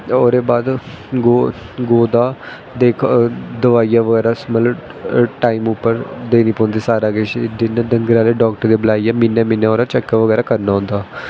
ओह्दे बाद गौ गौ दा दवाईंयां बगैरा मतलब टाइम उप्पर देनी पौंदी सारा किश जियां डंगर आह्ली डाक्टर गी बलाइयै म्हीनें म्हीनें ओह्दा चैक बगैरा कराना होंदा